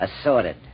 Assorted